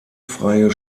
freie